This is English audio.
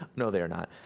no they are not.